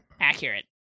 accurate